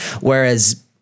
whereas